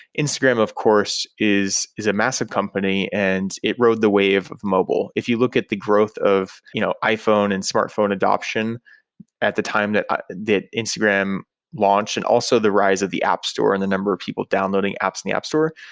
instagram, of course, is is a massive company and it rode the way of of mobile. if you look at the growth of you know iphone and smartphone adaption at the time ah instagram launched, and also the rise of the app store and the number of people downloading apps in the app store.